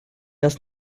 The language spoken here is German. das